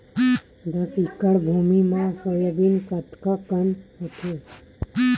दस एकड़ भुमि म सोयाबीन कतका कन होथे?